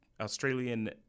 Australian